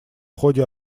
ходе